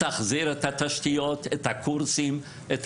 תחזיר את התשתיות; את הקורסים; את